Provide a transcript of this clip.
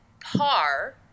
PAR